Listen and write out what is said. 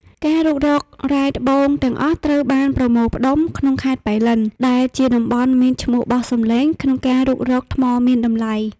ការរុករករ៉ែត្បូងទាំងអស់ត្រូវបានប្រមូលផ្តុំក្នុងខេត្តប៉ៃលិន ដែលជាតំបន់មានឈ្មោះបោះសម្លេងក្នុងការរុករកថ្មមានតម្លៃ។